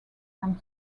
from